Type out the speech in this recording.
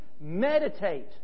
meditate